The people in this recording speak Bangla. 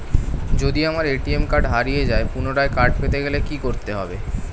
যদি আমার এ.টি.এম কার্ড হারিয়ে যায় পুনরায় কার্ড পেতে গেলে কি করতে হবে?